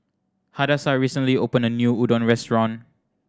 Hadassah recently opened a new Udon restaurant